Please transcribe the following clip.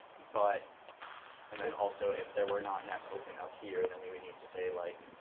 but and then also, if there were not an fopen up here, then we would need to say like